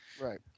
right